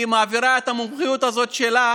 היא מעבירה את המומחיות הזאת שלה